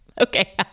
Okay